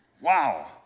Wow